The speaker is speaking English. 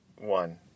one